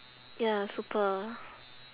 ya super